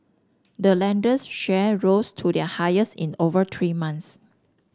the lender's share rose to their highest in over three months